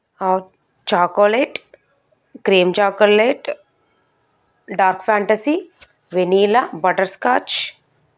chocolate cream chocolate dark fantasy vanilla butterscotch